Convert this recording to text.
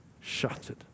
shattered